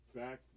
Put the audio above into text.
back